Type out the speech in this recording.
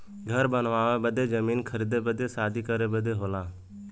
घर बनावे बदे जमीन खरीदे बदे शादी करे बदे होला